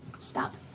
Stop